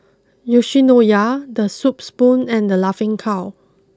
Yoshinoya the Soup Spoon and the Laughing Cow